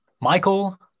Michael